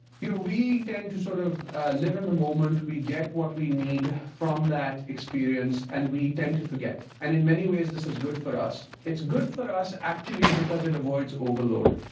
you know we tend to sort of live in the moment, we get what we need from that experience, and we tend to forget. and in many ways this is good for us. it's good for us actually because it avoids overload.